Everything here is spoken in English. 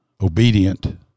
obedient